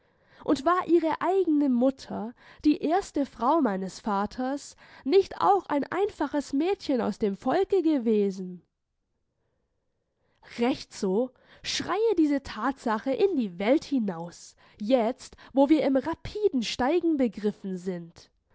und war ihre eigene mutter die erste frau meines vaters nicht auch ein einfaches mädchen aus dem volke gewesen recht so schreie diese thatsachen in die welt hinaus jetzt wo wir im rapiden steigen begriffen sind